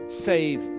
save